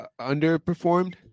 underperformed